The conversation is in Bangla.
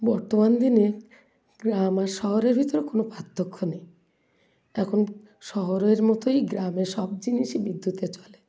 বর্তমান দিনে গ্রাম আর শহরের ভিতরে কোনো পার্থক্য নেই এখন শহরের মতোই গ্রামে সব জিনিসই বিদ্যুতে চলে